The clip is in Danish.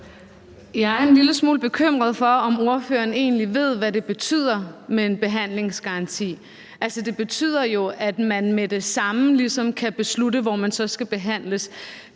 Jeg er en lille smule bekymret for, om ordføreren egentlig ved, hvad det betyder med en behandlingsgaranti. Altså, det betyder jo, at man med det samme ligesom kan beslutte, hvor man så skal behandles.